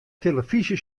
telefyzje